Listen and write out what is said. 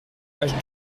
page